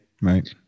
right